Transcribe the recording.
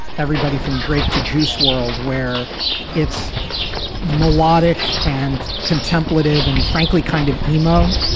everybody from drake to juice world, where it's melodic and contemplative and frankly, kind of emo.